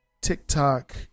TikTok